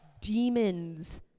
demons